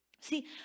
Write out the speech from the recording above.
See